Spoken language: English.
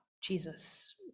Jesus